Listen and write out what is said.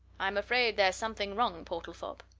i'm afraid there's something wrong, portlethorpe,